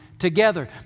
Together